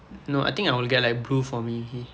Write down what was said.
no I think I will get like blue for me